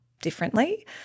differently